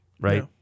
right